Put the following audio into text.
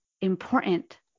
important